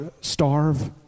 starve